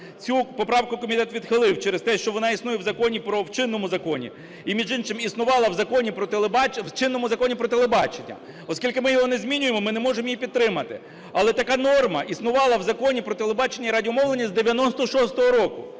Цю поправку комітет відхилив через те, що вона існує в чинному законі. І, між іншим, і існувала в чинному Законі про телебачення. Оскільки ми його не змінюємо, ми не можемо її підтримати, але така норма існувала в Законі "Про телебачення і радіомовлення" з 1996 року,